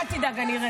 אל תדאג, אני ארד.